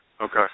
Okay